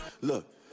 Look